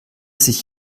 sich